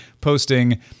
posting